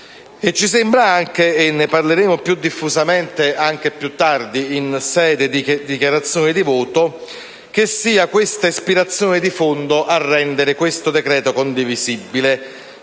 Ci sembra anche - e ne parleremo più diffusamente più tardi in sede di dichiarazione di voto - che sia questa ispirazione di fondo a rendere questo decreto condivisibile,